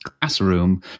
classroom